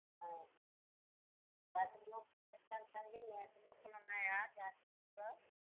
jacket ముక్కలు metre ఎంతండి metre ముక్కలు ఉన్నాయా జాకెట్ ముక్కలు